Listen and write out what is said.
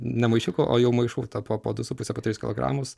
ne maišiukų o jau maišų po po du su puse po tris kilogramus